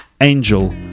Angel